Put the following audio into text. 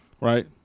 Right